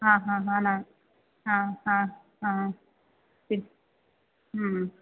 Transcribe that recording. ആ ആ ആണ് ആ ആ ആ ഉം